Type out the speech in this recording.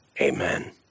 amen